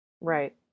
Right